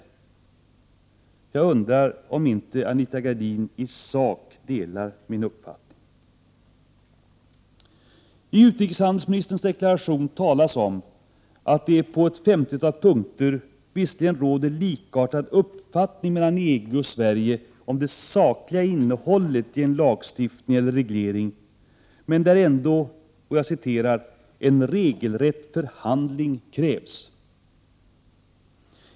Jag undrar om inte Anita Gradin i sak delar min uppfattning. I utrikeshandelsministerns deklaration talas om att det på ett femtiotal punkter visserligen råder likartad uppfattning i EG och Sverige om det sakliga innehållet i en lagstiftning eller reglering, men där ändå ”en regelrätt förhandling krävs”.